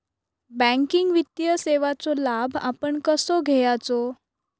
Banking वित्तीय सेवाचो लाभ आपण कसो घेयाचो?